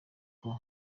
nkuko